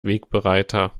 wegbereiter